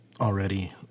already